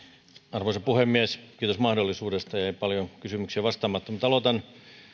arvoisa puhemies kiitos mahdollisuudesta jäi paljon kysymyksiä vastaamatta mutta aloitan